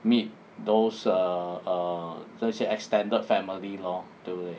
meet those err err 这些 extended family lor 对不对